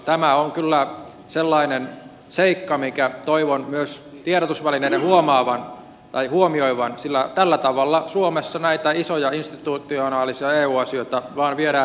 tämä on kyllä sellainen seikka minkä toivon myös tiedotusvälineiden huomioivan sillä tällä tavalla suomessa näitä isoja institutionaalisia eu asioita vain viedään eteenpäin